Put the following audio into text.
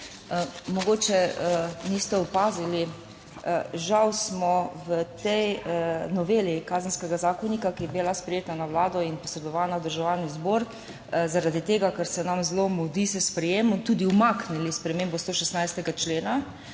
Mogoče niste opazili, žal smo v tej noveli Kazenskega zakonika, ki je bila sprejeta na Vladi in posredovana v Državni zbor, zaradi tega, ker se nam zelo mudi s sprejetjem, tudi umaknili spremembo 116. člena,